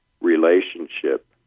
relationship